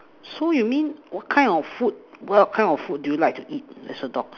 so you mean what kind of food what kind of food do you like to eat as a dog